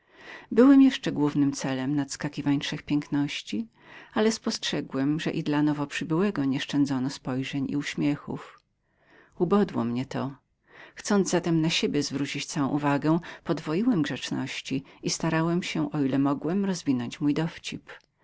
byłem jeszcze głównym celem nadskakiwań trzech piękności ale spostrzegłem wszelako że i dla nowo przybyłego nieszczędzono spojrzeń i uśmiechów ubodło mnie to chcąc zatem na siebie zwrócić całą uwagę podwoiłem grzeczności i starałem się o ile mogłem rozwinąć mój dowcip